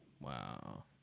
Wow